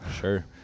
sure